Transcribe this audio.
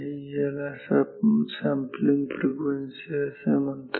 याला sampling frequency असे म्हणतात